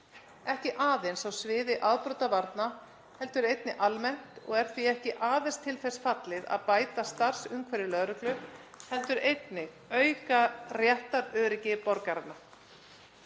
ekki aðeins á sviði afbrotavarna, heldur einnig almennt og er því ekki aðeins til þess fallið að bæta starfsumhverfi lögreglu heldur einnig auka réttaröryggi borgaranna.